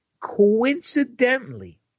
coincidentally